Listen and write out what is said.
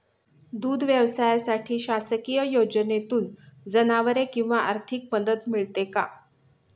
दूध व्यवसायासाठी शासकीय योजनेतून जनावरे किंवा आर्थिक मदत मिळते का?